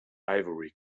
ivory